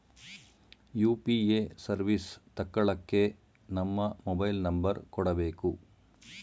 UPA service ತಕ್ಕಳ್ಳಕ್ಕೇ ನಮ್ಮ mobile number ಕೊಡಬೇಕು